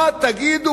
מה תגידו